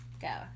go